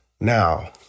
Now